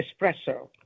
Espresso